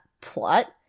plot